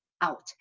out